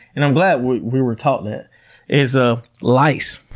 and i'm glad we we were taught that, is ah lice.